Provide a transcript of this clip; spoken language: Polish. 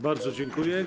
Bardzo dziękuję.